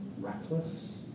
reckless